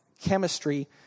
chemistry